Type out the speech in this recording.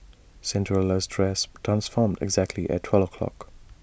Cinderella's dress transformed exactly at twelve o'clock